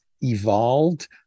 evolved